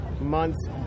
month's